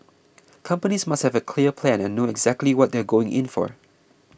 companies must have a clear plan and know exactly what they are going in for